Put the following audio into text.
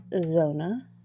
Zona